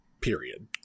period